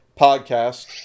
podcast